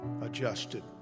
adjusted